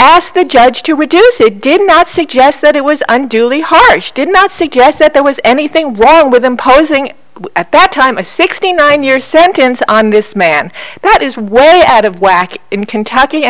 ask the judge to reduce it did not suggest that it was unduly harsh did not suggest that there was anything wrong with imposing at that time a sixty nine year sentence on this man that is way out of whack in kentucky and